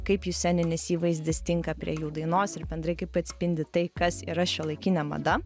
kaip jų sceninis įvaizdis tinka prie jų dainos ir bendrai kaip atspindi tai kas yra šiuolaikinė mada